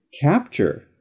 capture